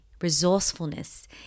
resourcefulness